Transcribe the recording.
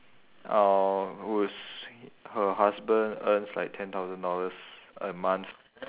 uh whose her husband earns like ten thousand dollars a month